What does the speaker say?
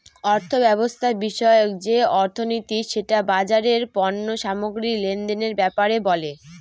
অর্থব্যবস্থা বিষয়ক যে অর্থনীতি সেটা বাজারের পণ্য সামগ্রী লেনদেনের ব্যাপারে বলে